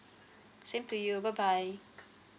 same to you bye bye